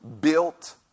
built